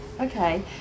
Okay